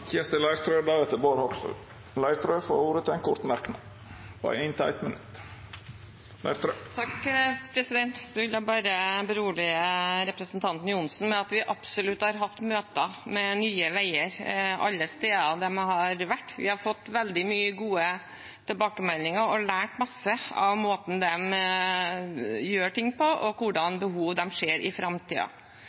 får ordet til ein kort merknad, avgrensa til 1 minutt. Jeg vil bare berolige representanten Johnsen med at vi absolutt har hatt møter med Nye Veier alle steder de har vært. Vi har fått veldig mange gode tilbakemeldinger og lært masse av måten de gjør ting på, og hvilke behov de ser i